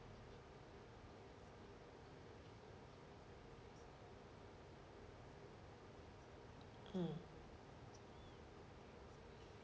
mm